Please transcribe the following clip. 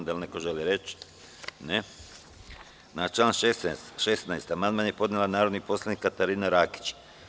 Da li neko želi reč? (Ne.) Na član 16. amandman je podnela narodni poslanik Katarina Rakić.